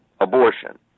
abortion